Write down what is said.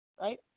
Right